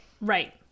right